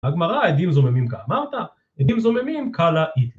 הגמרא עדים זוממים, קא אמרת? עדים זוממים, קלא אית.